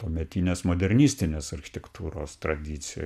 tuometinės modernistinės architektūros tradicijoj